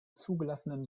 zugelassenen